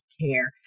Care